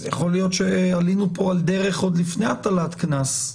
יכול להיות שעלינו כאן על דרך עוד לפני הטלת קנס.